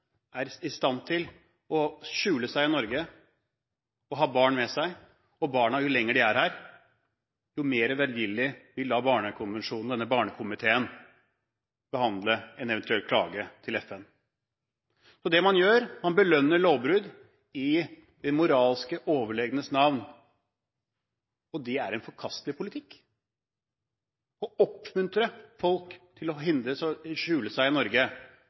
er i stand til å skjule seg i Norge og ha barn med seg. Jo lenger barna er her, jo mer velvillig vil denne barnekomiteen behandle en eventuell klage til FN. Det man gjør, er å belønne lovbrudd i de moralsk overlegnes navn. Det er en forkastelig politikk å oppmuntre folk til å skjule seg i Norge